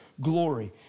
glory